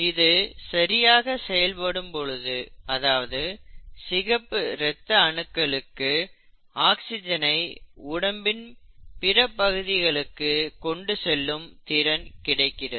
இது சரியாக செயல்படும் பொழுது அதாவது சிகப்பு இரத்த அணுக்களுக்கு ஆக்சிஜனை உடம்பின் பிற பகுதிகளுக்கு கொண்டு செல்லும் திறன் கிடைக்கிறது